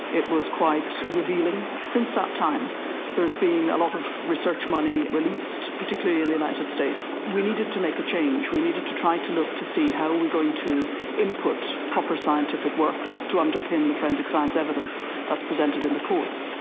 it was quite revealing. since that time there has been a lot of research money released, particularly in the united states. we needed to make a change, we needed to try and to look to see how are we going to input proper scientific work to underpin the forensic science evidence that is presented in the courts.